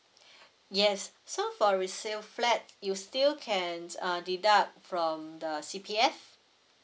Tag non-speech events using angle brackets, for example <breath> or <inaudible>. <breath> yes so for a resale flat you still can uh deduct from the C P F